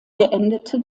beendete